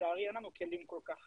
לצערי אין לנו כלים כל כך